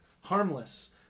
harmless